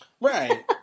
Right